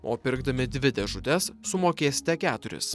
o pirkdami dvi dėžutes sumokėsite keturis